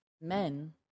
men